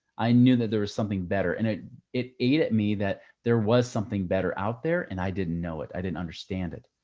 i knew that there was something better and it it ate at me that there was something better out there. and i didn't know it, i didn't understand it.